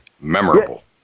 Memorable